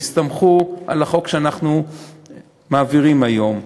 ויסתמכו על החוק שאנחנו מעבירים היום,